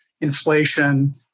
inflation